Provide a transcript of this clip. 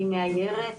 אני מאיירת,